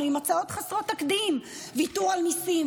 עם הצעות חסרות תקדים: ויתור על מיסים,